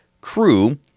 crew